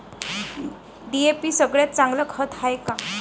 DAP सगळ्यात चांगलं खत हाये का?